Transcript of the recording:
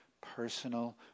personal